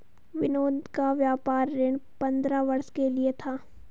विनोद का व्यापार ऋण पंद्रह वर्ष के लिए था